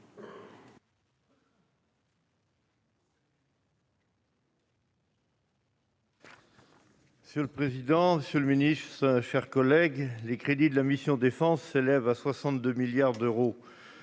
Monsieur le président, monsieur le ministre, mes chers collègues, les crédits de la mission « Défense » s'élèvent à 62 milliards d'euros